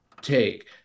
take